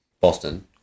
Boston